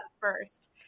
first